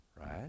right